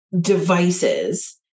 devices